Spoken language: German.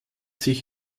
sich